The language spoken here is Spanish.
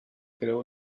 creó